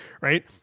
Right